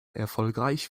erfolgreich